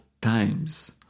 times